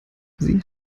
sie